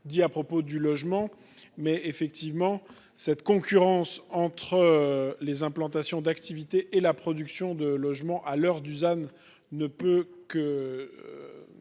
dit à propos du logement mais effectivement cette concurrence entre les implantations d'activités et la production de logements à l'heure Dusan ne peut que.